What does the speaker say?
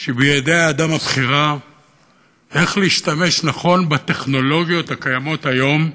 שבידי האדם הבחירה איך להשתמש נכון בטכנולוגיות הקיימות היום,